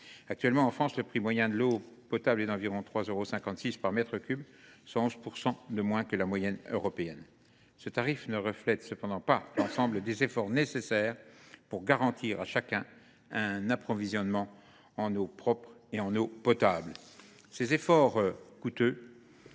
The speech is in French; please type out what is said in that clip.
Actuellement, dans notre pays, le prix moyen de l’eau potable est d’environ 3,56 euros par mètre cube, soit 11 % de moins que la moyenne européenne. Ce tarif ne reflète pas l’ensemble des efforts nécessaires pour garantir à chacun un approvisionnement en eau propre et potable. Ces efforts, déjà coûteux